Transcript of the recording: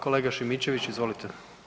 Kolega Šimičević, izvolite.